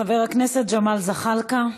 חבר הכנסת ג'מאל זחאלקה,